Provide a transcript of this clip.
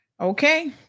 Okay